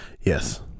Yes